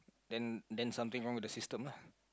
then then something wrong with the system lah